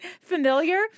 familiar